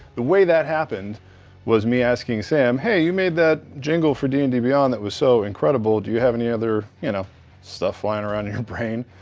the way that happened was me asking sam, hey, you made that jingle for d and d beyond that was so incredible. do you have any other you know stuff flying around you brain?